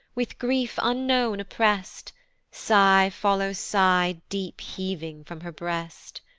with grief unknown opprest sigh follows sigh deep heaving from her breast.